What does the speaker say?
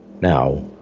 now